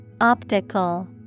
Optical